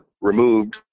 removed